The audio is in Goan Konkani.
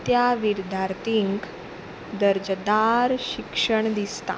त्या विर्ध्यार्थींक दर्जेदार शिक्षण दिसता